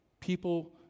people